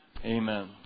Amen